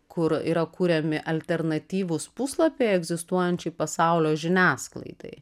kur yra kuriami alternatyvūs puslapiai egzistuojančiai pasaulio žiniasklaidai